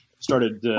started